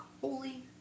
holy